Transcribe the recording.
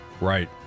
Right